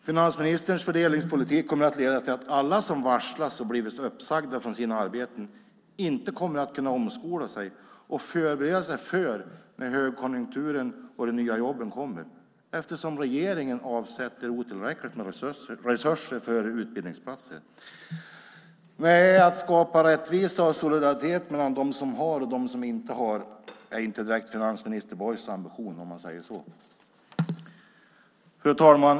Finansministerns fördelningspolitik kommer att leda till att alla de som varslas och blir uppsagda från sina arbeten inte kommer att kunna omskola och förbereda sig när högkonjunkturen och de nya jobben kommer eftersom regeringen avsätter otillräckligt med resurser för utbildningsplatser. Nej, att skapa rättvisa och solidaritet mellan dem som har och dem som inte har är inte direkt finansminister Borgs ambition, om man säger så. Fru talman!